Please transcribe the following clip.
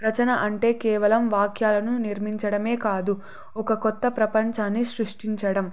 రచన అంటే కేవలం వాక్యాలను నిర్మించడమే కాదు ఒక కొత్త ప్రపంచాన్ని సృష్టించడం